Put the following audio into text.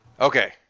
Okay